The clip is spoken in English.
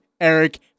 Eric